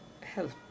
help